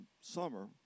summer